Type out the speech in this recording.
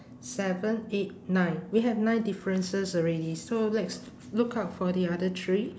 seven eight nine we have nine differences already so let's look out for the other three